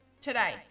Today